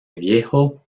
viejo